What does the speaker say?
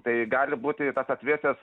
tai gali būti tas atvėsęs